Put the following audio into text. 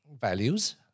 values